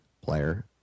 player